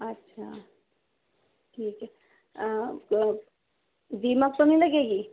اچھا ٹھیک ہے دیمک تو نہیں لگے گی